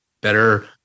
better